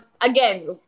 again